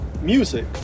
music